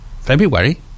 february